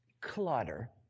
clutter